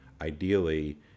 ideally